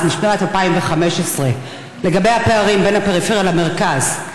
משנת 2015 לגבי הפערים בין הפריפריה למרכז,